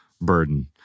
burden